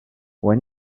when